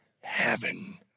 heaven